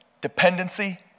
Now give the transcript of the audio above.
dependency